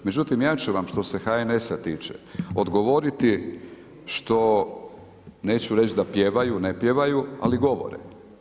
Međutim, ja ću vam, što se HNS-a tiče odgovoriti što neću reć da pjevaju, ne pjevaju, ali govore.